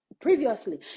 previously